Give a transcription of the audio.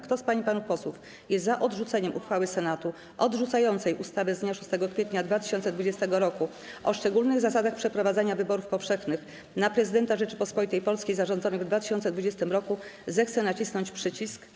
Kto z pań i panów posłów jest za odrzuceniem uchwały Senatu odrzucającej ustawę z dnia 6 kwietnia 2020 r. o szczególnych zasadach przeprowadzania wyborów powszechnych na Prezydenta Rzeczypospolitej Polskiej zarządzonych w 2020 r., zechce nacisnąć przycisk.